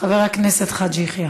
חבר הכנסת חאג' יחיא.